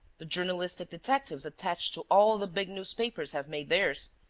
the journalistic detectives attached to all the big newspapers have made theirs.